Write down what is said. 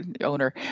owner